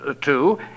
two